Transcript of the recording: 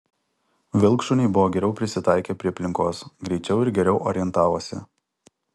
vilkšuniai buvo geriau prisitaikę prie aplinkos greičiau ir geriau orientavosi